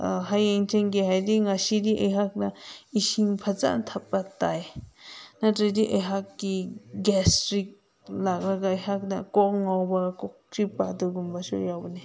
ꯍꯌꯦꯡ ꯆꯦꯟꯒꯦ ꯍꯥꯏꯔꯗꯤ ꯉꯁꯤꯗꯤ ꯑꯩꯍꯥꯛꯅ ꯏꯁꯤꯡ ꯐꯖꯅ ꯊꯛꯄ ꯇꯥꯏ ꯅꯠꯇ꯭ꯔꯗꯤ ꯑꯩꯍꯥꯛꯀꯤ ꯒ꯭ꯌꯥꯁꯇ꯭ꯔꯤꯛ ꯂꯥꯛꯂꯒ ꯑꯩꯍꯥꯛꯇ ꯀꯣꯛ ꯉꯥꯎꯕ ꯀꯣꯛ ꯆꯤꯛꯄ ꯑꯗꯨꯒꯨꯝꯕꯁꯨ ꯌꯥꯎꯕꯅꯦ